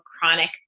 chronic